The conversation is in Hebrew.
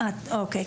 אוקיי.